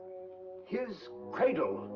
his cradle.